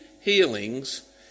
healings